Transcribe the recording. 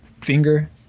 finger